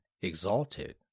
exalted